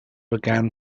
began